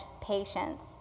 patience